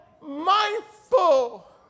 mindful